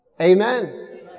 Amen